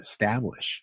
establish